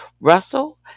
Russell